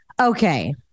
Okay